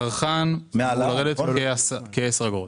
לצרכן זה אמור לרדת בכ-10 אגורות.